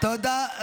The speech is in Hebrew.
תודה,